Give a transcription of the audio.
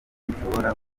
nshobora